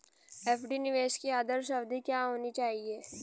FD निवेश की आदर्श अवधि क्या होनी चाहिए?